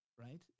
right